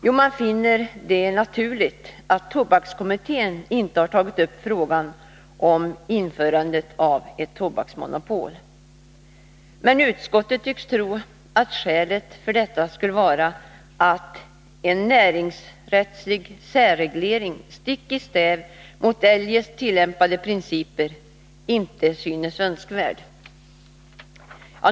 Jo, man ”finner det naturligt” att tobakskommittén inte har tagit upp frågan om införande av ett tobaksmonopol. Men utskottet tycks tro att skälet för detta skulle vara att ”en näringsrättslig särreglering stick i stäv mot eljest tillämpade principer” inte synes önskvärd.